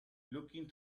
looking